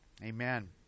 Amen